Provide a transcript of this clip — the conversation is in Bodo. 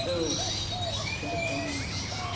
औ दसे दसे ओं